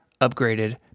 upgraded